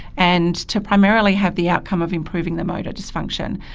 and to primarily have the outcome of improving the motor dysfunction.